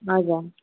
हजुर